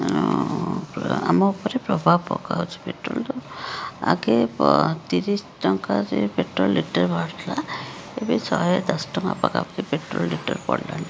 ଆଉ ଆମ ଉପରେ ପ୍ରଭାବ ପକାଉଛି ପେଟ୍ରୋଲ ଦର ଆଗେ ତିରିଶି ଟଙ୍କାରେ ପେଟ୍ରୋଲ ଲିଟରେ ବାହାରୁ ଥିଲା ଏବେ ଶହେ ଦଶ ଟଙ୍କା ପାଖା ପାଖି ପେଟ୍ରୋଲ ଲିଟର ପଡ଼ିଲାଣି